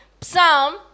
Psalm